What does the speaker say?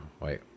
wait